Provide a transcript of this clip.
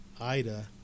Ida